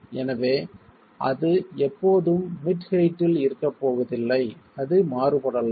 எனவே அது எப்போதும் மிட் ஹெயிட்டில் இருக்கப் போவதில்லை அது மாறுபடலாம்